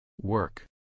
Work